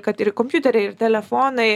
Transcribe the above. kad ir kompiuteriai telefonai